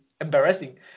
embarrassing